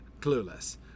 clueless